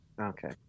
Okay